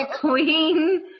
queen